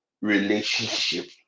relationship